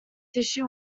tissue